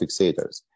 fixators